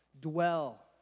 Dwell